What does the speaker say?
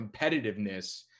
competitiveness